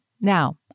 Now